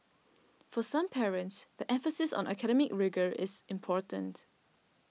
for some parents the emphasis on academic rigour is important